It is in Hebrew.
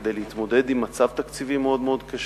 כדי להתמודד עם מצב תקציבי מאוד מאוד קשה,